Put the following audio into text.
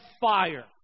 fire